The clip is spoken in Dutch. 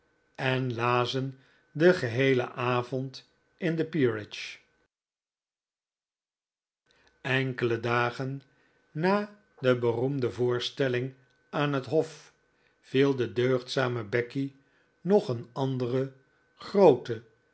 en lazen den geheelen avond in de peerage enkele dagen na de beroemde voorstelling aan het hof'viel de deugdzame becky nog een andere groote